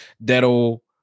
that'll